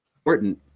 important